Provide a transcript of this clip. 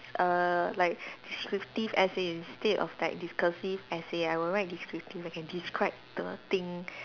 err like descriptive essay instead of like discursive essay I will write descriptive I can describe the thing